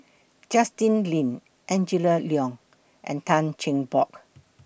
Justin Lean Angela Liong and Tan Cheng Bock